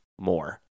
more